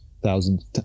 thousands